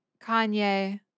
Kanye